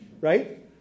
Right